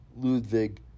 Ludwig